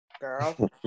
Girl